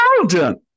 intelligent